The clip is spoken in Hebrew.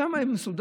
שם יהיה מסודר.